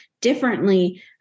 differently